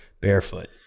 Barefoot